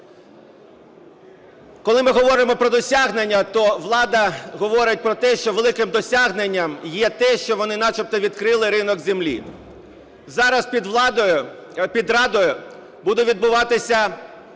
Коли ми говоримо про досягнення, то влада говорить про те, що великим досягнення є те, що вони начебто відкрили ринок землі. Зараз під Радою буде відбуватися